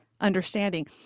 understanding